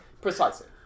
Precisely